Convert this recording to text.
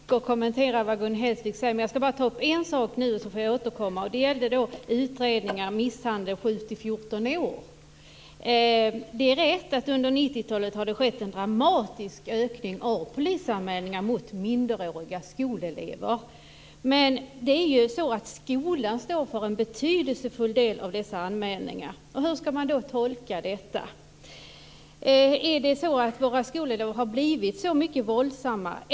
Fru talman! Det finns mycket att kommentera av det som Gun Hellsvik säger. Jag ska bara ta upp en sak nu och får sedan återkomma. Det gäller utredningen om misshandel mot barn i åldrarna 7-14 år. Det är riktigt att det under 90-talet har skett en dramatisk ökning av polisanmälningar mot minderåriga skolelever. Men skolan står ju för en betydelsefull del av dessa anmälningar. Hur ska man då tolka detta? Är det så att skoleleverna har blivit så mycket våldsammare?